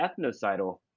ethnocidal